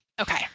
Okay